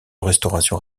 restauration